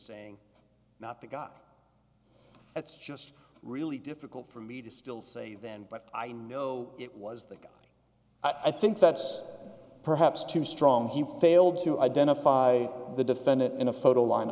saying not the guy that's just really difficult for me to still say then but i know it was the i think that's perhaps too strong he failed to identify the defendant in a photo line